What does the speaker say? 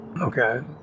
Okay